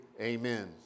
Amen